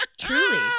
Truly